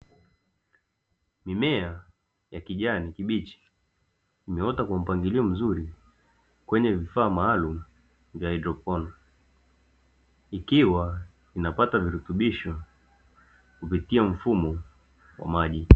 Mimea ya kijani kibichi, imeota kwa mpangilio mzuri, kwenye vifaa maalumu vya haidroponi, ikiwa inapata virutubisho kupitia mfumo wa maji.